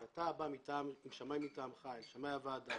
כשבא שמאי מטעמך אל שמאי הוועדה,